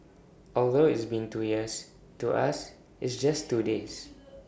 although it's been two years to us it's just two days